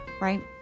right